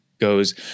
goes